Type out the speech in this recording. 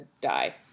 die